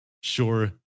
sure